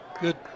Good